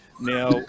Now